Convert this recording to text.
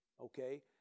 Okay